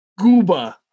gooba